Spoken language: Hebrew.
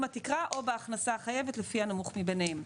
התקרה או בהכנסה החייבת לפי הנמוך מביניהם.